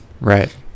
Right